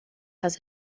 has